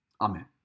Amen